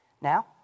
Now